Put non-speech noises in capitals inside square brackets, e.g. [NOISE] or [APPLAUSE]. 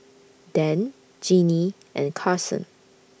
Dan Jinnie and Karson [NOISE]